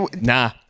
Nah